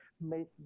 make